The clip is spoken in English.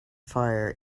fire